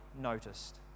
noticed